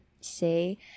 say